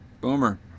Boomer